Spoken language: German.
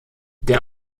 der